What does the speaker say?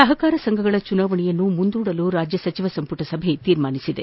ಸಹಕಾರ ಸಂಘಗಳ ಚುನಾವಣೆಯನ್ನು ಮುಂದೂಡಲು ರಾಜ್ಯ ಸಚಿವ ಸಂಪುಟ ಸಭೆ ತೀರ್ಮಾನಿಸಿದೆ